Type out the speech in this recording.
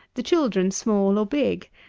the children small or big,